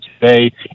today